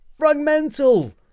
Fragmental